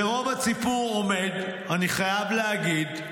ורוב הציבור עומד, אני חייב להגיד,